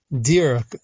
dear